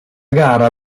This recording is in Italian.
gara